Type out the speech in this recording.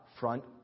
front